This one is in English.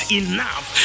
enough